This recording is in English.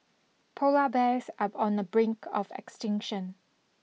polar bears are on the brink of extinction